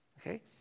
okay